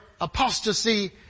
apostasy